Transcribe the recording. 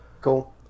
cool